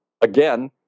again